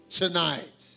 tonight